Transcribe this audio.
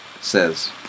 says